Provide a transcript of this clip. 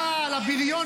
צורך להגביר את האש,